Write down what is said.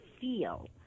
feel